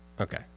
okay